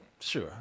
sure